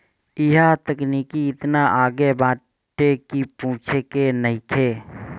इहां तकनीकी एतना आगे बाटे की पूछे के नइखे